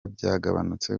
byagabanutse